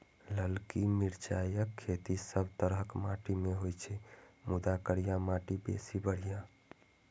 ललकी मिरचाइक खेती सब तरहक माटि मे होइ छै, मुदा करिया माटि बेसी बढ़िया